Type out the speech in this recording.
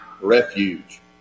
refuge